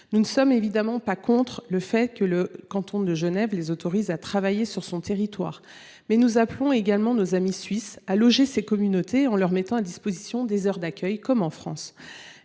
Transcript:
Nous ne sommes évidemment pas contre le fait que le canton de Genève les autorise à travailler sur son territoire, mais nous appelons nos amis suisses à loger ces communautés en mettant à leur disposition des aires d’accueil, comme en France.